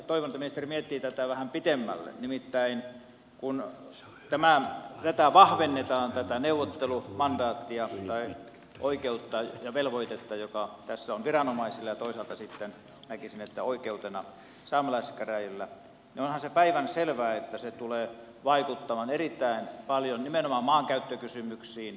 toivon että ministeri miettii tätä vähän pitemmälle nimittäin kun tätä neuvottelumandaattia vahvennetaan tai oikeutta ja velvoitetta joka tässä on viranomaisilla ja toisaalta sitten näkisin että oikeutena saamelaiskäräjillä niin onhan se päivänselvää että se tulee vaikuttamaan erittäin paljon nimenomaan maankäyttökysymyksiin